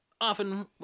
Often